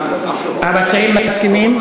המציעים מסכימים?